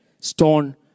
stone